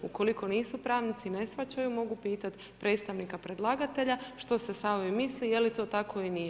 Ukoliko nisu pravnici, ne shvaćaju, mogu pitati predstavnika predlagatelja, što se s ovim misli, je li to tako ili nije.